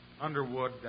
Underwood